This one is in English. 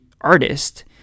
artist